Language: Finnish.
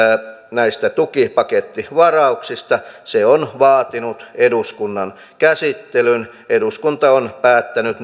näistä tukipakettivarauksista on vaatinut eduskunnan käsittelyn eduskunta on päättänyt